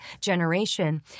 generation